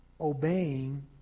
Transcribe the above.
obeying